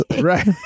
right